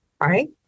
right